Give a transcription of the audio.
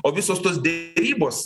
o visos tos derybos